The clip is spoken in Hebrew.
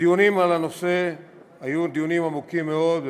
הדיונים על הנושא היו דיונים עמוקים מאוד,